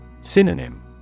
Synonym